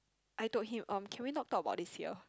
I told him um can we not talk about this here